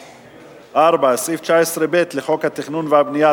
4. סעיף 19(ב) לחוק התכנון והבנייה,